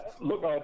look